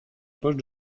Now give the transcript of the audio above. poche